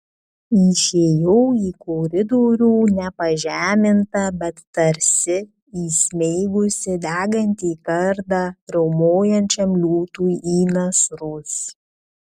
išėjau į koridorių ne pažeminta bet tarsi įsmeigusi degantį kardą riaumojančiam liūtui į nasrus